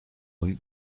rue